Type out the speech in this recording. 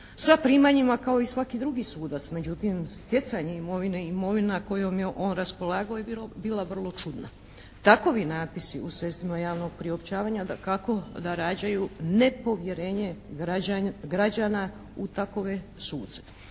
sa primanjima kao i svaki drugi sudac. Međutim, stjecanje imovine i imovina kojom je on raspolagao je bila vrlo čudna. Takovi napisi u sredstvima javnog priopćavanja dakako da rađaju nepovjerenje građana u takove suce.